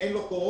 שאין לו קורונה.